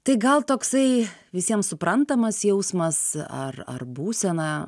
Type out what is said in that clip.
tai gal toksai visiems suprantamas jausmas ar ar būsena